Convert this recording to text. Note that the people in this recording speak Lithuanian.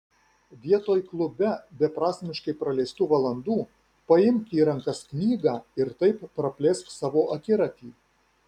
vietoj klube beprasmiškai praleistų valandų paimk į rankas knygą ir taip praplėsk savo akiratį